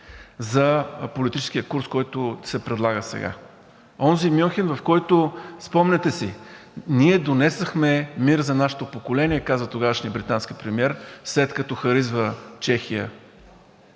за политическия курс, който се предлага сега. Онзи Мюнхен, в който, спомняте си, ние донесохме мир за нашето поколение, каза тогавашният британски премиер, след като харизва Чехия.